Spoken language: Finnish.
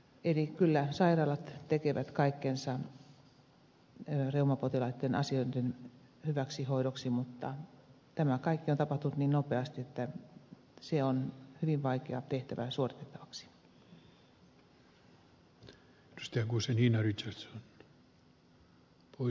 eli kyllä sairaalat tekevät kaikkensa reumapotilaiden asioiden hyväksi hoidoksi mutta tämä kaikki on tapahtunut niin nopeasti että se on hyvin vaikea tehtävä suoritettavaksi